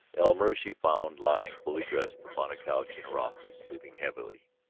elmer she found lying fully dressed upon a couch in her office, sleeping heavily.